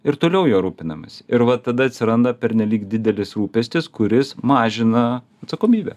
ir toliau juo rūpinamasi ir va tada atsiranda pernelyg didelis rūpestis kuris mažina atsakomybę